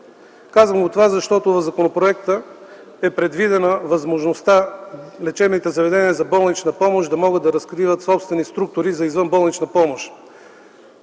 Казвам това, защото в законопроекта е предвидена възможността лечебните заведения за болнична помощ да могат да разкриват собствени структури за извънболнична помощ.